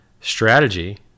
Strategy